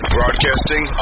Broadcasting